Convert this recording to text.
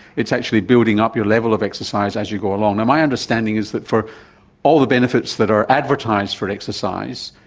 it's actually building up your level of exercise as you go along. my understanding is that for all the benefits that are advertised for exercise,